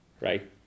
right